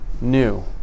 new